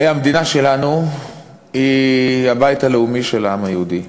המדינה שלנו היא הבית הלאומי של העם היהודי.